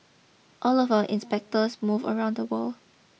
all of our inspectors move around the world